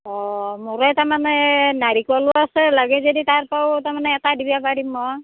অ নহ'লে তাৰমানে নাৰিকলো আছে লাগে যদি তাৰপৰাও এটা মানে এটা দিব পাৰিম মই